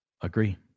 Agree